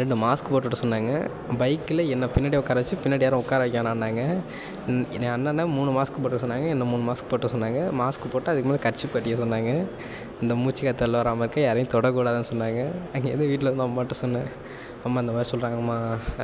ரெண்டு மாஸ்க் போட்டுட சொன்னாங்கள் பைக்ல என்ன பின்னாடி உட்காரவச்சி பின்னாடி யாரும் உட்கார வைக்க வேணான்னாங்க என் அண்ணனை மூணு மாஸ்க் போட்டுக்க சொன்னாங்கள் என்ன மூணு மாஸ்க் போட்டுக்க சொன்னாங்கள் மாஸ்க் போட்டு அதுக்கு மேலே கர்ச்சீப் கட்டிக்க சொன்னாங்கள் அந்த மூச்சு காற்று வெளில வராமல் இருக்க யாரையும் தொடக்கூடாதுன்னு சொன்னாங்கள் அங்கேருந்து வீட்டில வந்து அம்மாகிட்ட சொன்னேன் அம்மா இந்தமாதிரி சொல்கிறாங்கம்மா